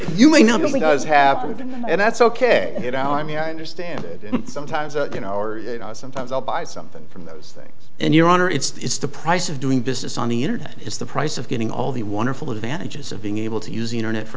you may not only does have to do and that's ok you know i mean i understand that sometimes you know or sometimes i'll buy something from the things and your honor it's the price of doing business on the internet is the price of getting all the wonderful advantages of being able to use the internet for